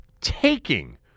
taking